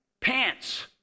pants